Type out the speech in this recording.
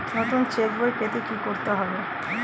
নতুন চেক বই পেতে কী করতে হবে?